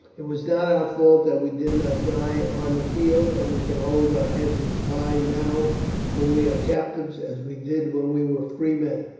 it was not our fault that we did not die on the field, and we can hold our heads as high now when we are captives as we did when we were free men.